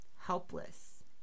helpless